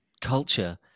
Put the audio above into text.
culture